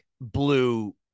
Blue